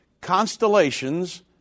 constellations